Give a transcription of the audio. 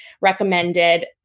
recommended